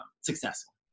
successful